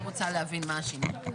אני רוצה להבין מה השינוי.